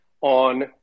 on